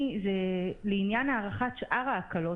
לעניין הארכת שאר ההקלות,